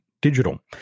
digital